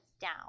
down